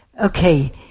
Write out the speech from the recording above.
Okay